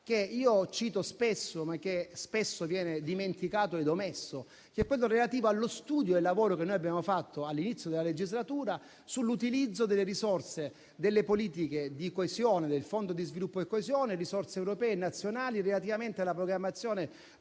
che cito spesso, ma che spesso viene dimenticato ed omesso. Il dato è relativo allo studio e al lavoro che abbiamo fatto, all'inizio della legislatura, sull'utilizzo delle risorse delle politiche di coesione, del Fondo per lo sviluppo e la coesione, risorse europee e nazionali, relativamente alla programmazione